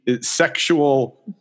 sexual